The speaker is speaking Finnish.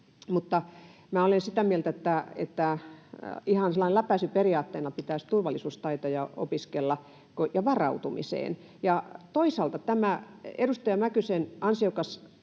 ihan sillä lailla läpäisyperiaatteena pitäisi opiskella turvallisuustaitoja ja varautumista. Toisaalta tämä edustaja Mäkysen ansiokas